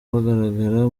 bagaragara